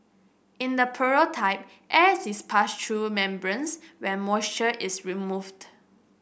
in the prototype air is passed through membranes where moisture is removed